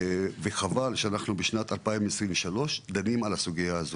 וחבל שבשנת 2023 אנחנו בכלל דנים בסוגייה הזאת.